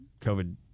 COVID